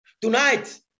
Tonight